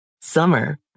Summer